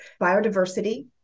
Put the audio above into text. biodiversity